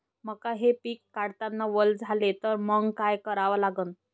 मका हे पिक काढतांना वल झाले तर मंग काय करावं लागन?